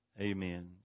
Amen